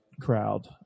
crowd